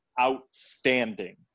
outstanding